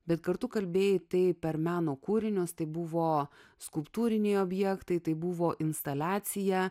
bet kartu kalbėjai tai per meno kūrinius tai buvo skulptūriniai objektai tai buvo instaliaciją